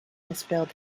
misspelled